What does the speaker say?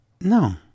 No